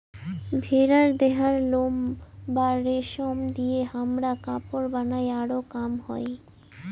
ভেড়ার দেহার লোম বা রেশম দিয়ে হামরা কাপড় বানাই আরো কাম হই